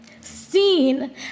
seen